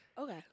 okay